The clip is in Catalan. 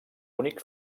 únic